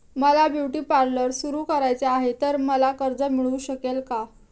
मला beauty parlour सुरू करायचे आहे तर मला कर्ज मिळू शकेल का?